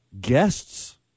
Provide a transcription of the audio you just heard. guests